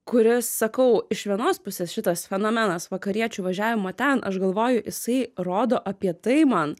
kuris sakau iš vienos pusės šitas fenomenas vakariečių važiavimo ten aš galvoju jisai rodo apie tai man